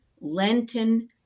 Lenten